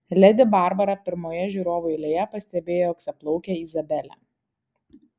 ledi barbara pirmoje žiūrovų eilėje pastebėjo auksaplaukę izabelę